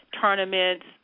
tournaments